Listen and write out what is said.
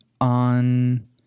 on